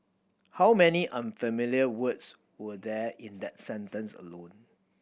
how many unfamiliar words were there in that sentence alone